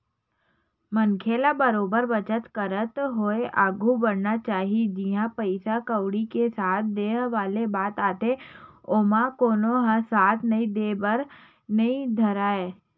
मनखे ल बरोबर बचत करत होय आघु बड़हना चाही जिहाँ पइसा कउड़ी के साथ देय वाले बात आथे ओमा कोनो ह साथ नइ देय बर नइ धरय